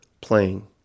playing